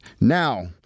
Now